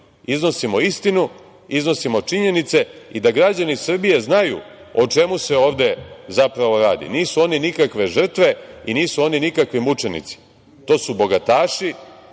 iznosimo istinu, iznosimo činjenice i da građani Srbije znaju o čemu se ovde zapravo radi. Nisu oni nikakve žrtve i nisu oni nikakvi mučenici. To su bogataši